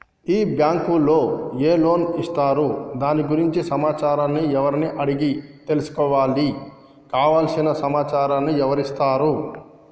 ఈ బ్యాంకులో ఏ లోన్స్ ఇస్తారు దాని గురించి సమాచారాన్ని ఎవరిని అడిగి తెలుసుకోవాలి? కావలసిన సమాచారాన్ని ఎవరిస్తారు?